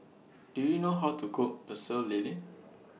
Do YOU know How to Cook Pecel Lele